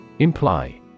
Imply